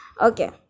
okay